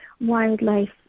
wildlife